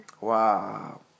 Wow